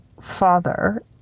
father